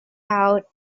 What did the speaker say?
out